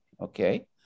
okay